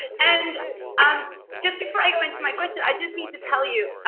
and um just before i go into my question, i just need to tell you,